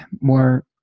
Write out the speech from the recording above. more